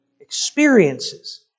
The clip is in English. experiences